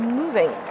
moving